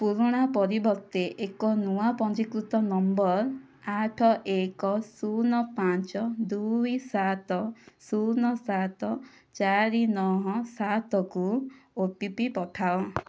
ପୁରୁଣା ପରିବର୍ତ୍ତେ ଏକ ନୂଆ ପଞ୍ଜୀକୃତ ନମ୍ବର୍ ଆଠ ଏକ ଶୂନ ପାଞ୍ଚ ଦୁଇ ସାତ ଶୂନ ସାତ ଚାରି ନଅ ସାତ କୁ ଓ ଟି ପି ପଠାଅ